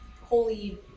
Holy